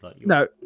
No